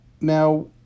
Now